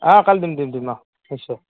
অঁ কালি দিম দিম দিম অঁ নিশ্চয়